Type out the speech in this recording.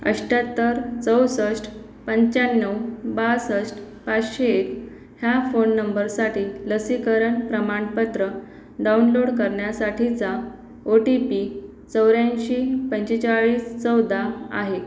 अठ्ठ्याहत्तर चौसष्ट पंचान्नव बासष्ट पाचशे एक ह्या फोन नंबरसाठी लसीकरण प्रमाणपत्र डाऊनलोड करण्यासाठीचा ओ टी पी चौऱ्यांशी पंचेचाळीस चौदा आहे